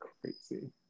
crazy